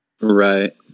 right